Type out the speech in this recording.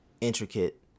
intricate